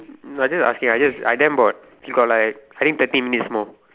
no I just asking I I damn bored we got like I think thirty minutes more